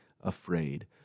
afraid